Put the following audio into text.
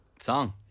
song